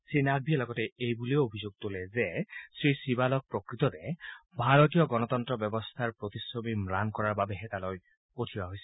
শ্ৰীনাকভিয়ে লগতে এইবুলি অভিযোগ তোলে যে শ্ৰীচিবালক প্ৰকৃততে ভাৰতীয় গণতন্ত্ৰ ব্যৱস্থাৰ প্ৰতিচ্ছবি ম্লান কৰাৰ বাবেহে তালৈ পঠিওৱা হৈছিল